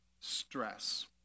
stress